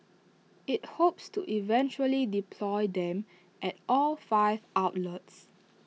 IT hopes to eventually deploy them at all five outlets